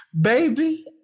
baby